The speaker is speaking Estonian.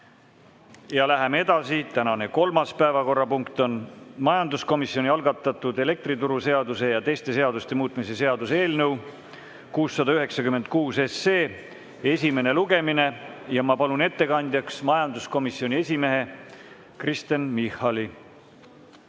Läheme edasi. Tänane kolmas päevakorrapunkt on majanduskomisjoni algatatud elektrituruseaduse ja teiste seaduste muutmise seaduse eelnõu 696 esimene lugemine. Ja ma palun ettekandjaks majanduskomisjoni esimehe Kristen Michali.